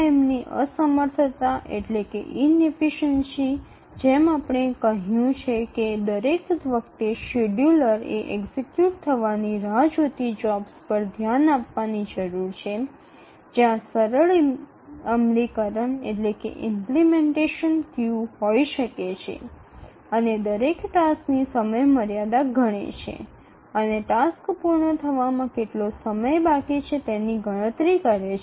রানটাইমের অদক্ষতা যেমন আমরা বলেছি যে প্রতিটি সময়সূচি নির্ধারিত কাজের জন্য অপেক্ষা করা দরকার যেখানে সাধারণ বাস্তবায়ন দরকারি হতে পারে এবং তারপরে প্রতিটি কার্য এবং সময় শেষের জন্য সময়সীমা গণনা করে